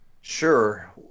Sure